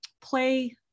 play